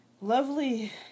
lovely